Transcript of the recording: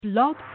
Blog